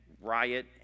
riot